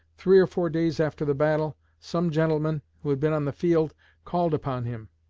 three or four days after the battle, some gentlemen who had been on the field called upon him.